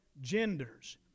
genders